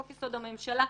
חוק-יסוד: הממשלה,